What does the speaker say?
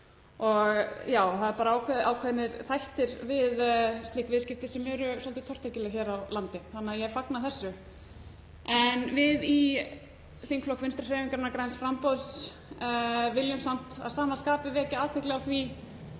og það eru ákveðnir þættir við slík viðskipti sem eru svolítið tortryggilegir hér á landi þannig að ég fagna þessu. En við í þingflokki Vinstrihreyfingarinnar – græns framboðs viljum samt að sama skapi vekja athygli á því